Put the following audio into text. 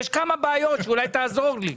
יש כמה בעיות ואולי תעזור לי.